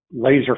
laser